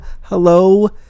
Hello